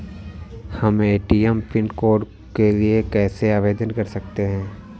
हम ATM pin code के लिए कैसे आवेदन कर सकते हैं?